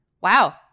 Wow